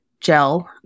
gel